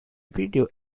video